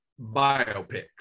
biopics